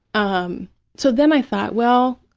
um so, then i thought, well,